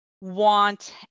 want